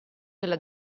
della